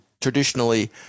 traditionally